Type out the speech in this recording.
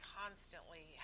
constantly